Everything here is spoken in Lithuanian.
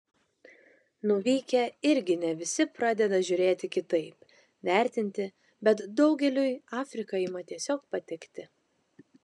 nuvykę irgi ne visi pradeda žiūrėti kitaip vertinti bet daugeliui afrika ima tiesiog patikti